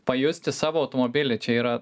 pajusti savo automobilį čia yra